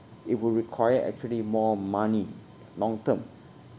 it will require actually more money long term